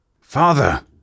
Father